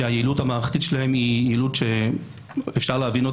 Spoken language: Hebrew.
שהיעילות המערכתית שלהם היא יעילות שאפשר להבין,